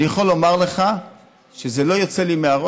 אני יכול לומר לך שזה לא יוצא לי מהראש,